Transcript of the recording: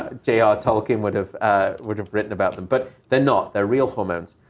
ah j. r. tolkien would have would have written about them. but they're not. they're real hormones.